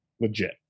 Legit